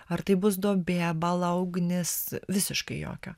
ar tai bus duobė bala ugnis visiškai jokio